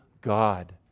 God